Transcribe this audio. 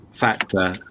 Factor